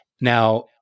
Now